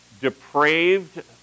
depraved